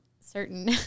certain